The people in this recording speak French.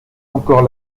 encore